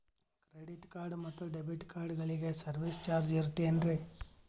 Credit card ಮತ್ತು debit ಕಾರ್ಡಗಳಿಗೆ service charge ಇರುತೇನ್ರಿ?